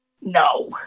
no